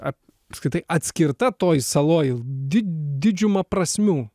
apskritai atskirta toj saloj di didžiuma prasmių